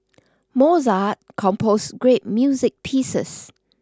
Mozart composed great music pieces